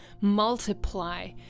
multiply